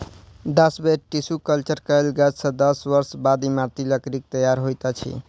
दस बेर tissue culture कयल गाछ सॅ दस वर्ष बाद इमारती लकड़ीक तैयार होइत अछि